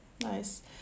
Nice